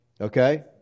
okay